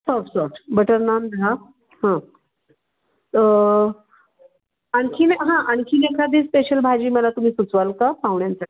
soft soft butter naan दहा हां आणखी हां आणखी एखादी स्पेशल भाजी मला तुम्ही सुचवाल का पाहुण्यांसाठी